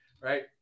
Right